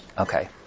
Okay